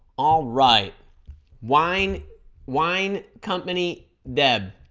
all right wine wine company deb